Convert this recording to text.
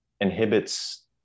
inhibits